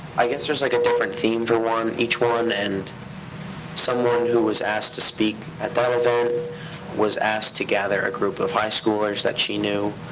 i guess there's like a different theme for each one, and someone who was asked to speak at that event was asked to gather a group of high schoolers that she knew,